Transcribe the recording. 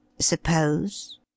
suppose